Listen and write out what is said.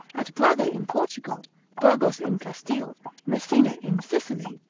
at braga in portugal burgos in castile messina in sicily,